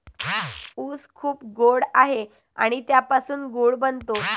ऊस खूप गोड आहे आणि त्यापासून गूळ बनतो